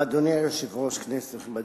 אדוני היושב-ראש, כנסת נכבדה,